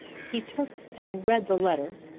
he took and read the letter,